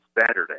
Saturday